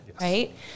Right